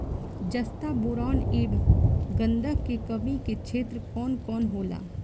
जस्ता बोरान ऐब गंधक के कमी के क्षेत्र कौन कौनहोला?